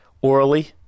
orally